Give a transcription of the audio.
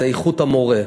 וזה איכות המורה.